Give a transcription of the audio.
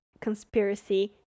conspiracy